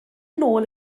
nôl